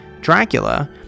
Dracula